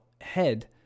head